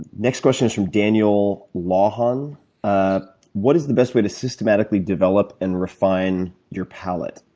next question is from daniel lawhawn ah what is the best way to systematically develop and refine your palate?